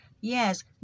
Yes